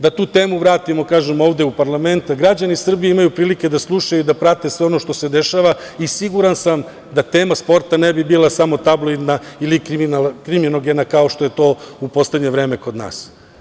Da tu temu vratimo, kažem, ovde u parlament, a građani Srbije imaju prilike da slušaju i da prate sve ono što se dešava i siguran sam da tema sporta ne bi bila samo tabloidna ili kriminogena kao što je to u poslednje vreme kod nas.